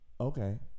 Okay